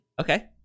Okay